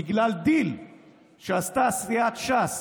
בגלל דיל שעשתה סיעת ש"ס